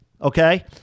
Okay